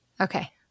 Okay